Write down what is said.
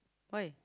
why